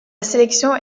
sélection